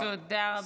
תודה רבה.